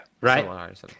Right